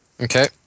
Okay